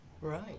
Right